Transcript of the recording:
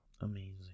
amazing